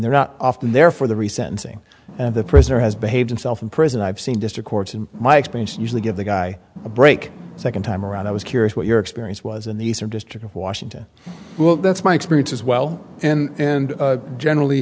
they're not often there for the recent thing and the prisoner has behaved himself in prison i've seen district courts in my experience usually give the guy a break the second time around i was curious what your experience was in the eastern district of washington well that's my experience as well and and generally